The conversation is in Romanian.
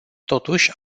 totuși